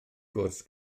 gwrs